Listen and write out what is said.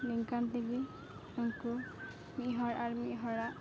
ᱱᱮᱝᱠᱟᱱ ᱛᱮᱜᱮ ᱩᱱᱠᱩ ᱢᱤᱫᱦᱚᱲ ᱟᱨ ᱢᱤᱫᱦᱚᱲᱟᱜ